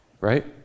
Right